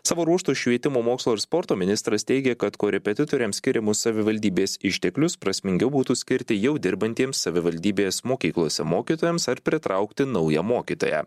savo ruožtu švietimo mokslo ir sporto ministras teigė kad korepetitoriams skiriamus savivaldybės išteklius prasmingiau būtų skirti jau dirbantiems savivaldybės mokyklose mokytojams ar pritraukti naują mokytoją